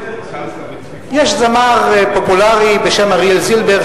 יש זמר פופולרי בשם אריאל זילבר,